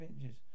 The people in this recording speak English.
inches